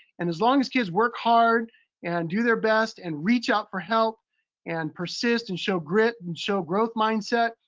and as long as kids work hard and do their best and reach out for help and persist and show grit and show growth mindset,